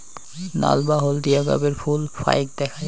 নাল বা হলদিয়া গাবের ফুল ফাইক দ্যাখ্যা যায়